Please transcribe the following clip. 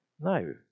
No